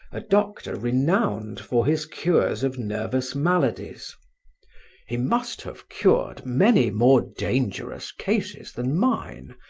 a doctor renowned for his cures of nervous maladies he must have cured many more dangerous cases than mine,